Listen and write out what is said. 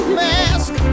mask